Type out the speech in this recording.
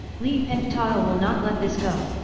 li pengtao will not let this go!